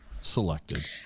selected